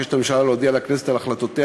מבקשת הממשלה להודיע לכנסת על החלטותיה